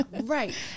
Right